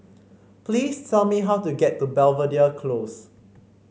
please tell me how to get to Belvedere Close